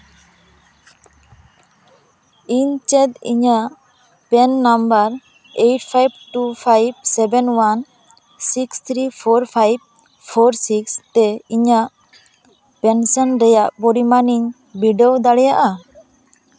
ᱤᱧ ᱪᱮᱫ ᱤᱧᱟᱹᱜ PAN number eight five two five seven one six three four five four six ᱛᱮ ᱤᱧᱟᱹᱜ ᱥᱮᱱᱥᱮᱱ ᱨᱮᱭᱟᱜ ᱯᱚᱨᱤᱢᱟᱱᱤᱧ ᱵᱤᱰᱟᱹᱣ ᱫᱟᱲᱮᱭᱟᱜᱼᱟ